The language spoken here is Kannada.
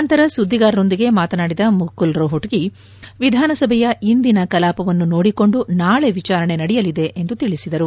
ನಂತರ ಸುದ್ದಿಗಾರರೊಂದಿಗೆ ಮಾತನಾಡಿದ ಮುಕುಲ್ ರೋಹಟಗಿ ವಿಧಾನಸಭೆಯ ಇಂದಿನ ಕಲಾಪವನ್ನು ನೋಡಿಕೊಂಡು ನಾಳೆ ವಿಚಾರಣೆ ನಡೆಯಲಿದೆ ಎಂದು ತಿಳಿಸಿದರು